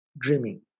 Dreaming